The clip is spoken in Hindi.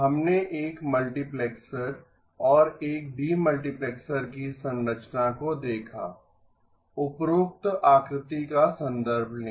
हमने एक मल्टिप्लेक्सर और एक डीमल्टिप्लेक्सर की संरचना को देखा उपरोक्त आकृति का संदर्भ लें